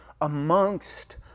amongst